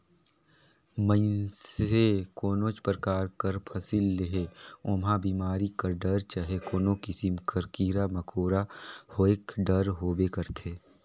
मइनसे कोनोच परकार कर फसिल लेहे ओम्हां बेमारी कर डर चहे कोनो किसिम कर कीरा मकोरा होएक डर होबे करथे